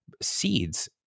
seeds